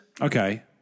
Okay